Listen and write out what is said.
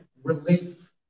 relief